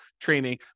training